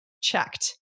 checked